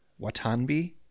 Watanbe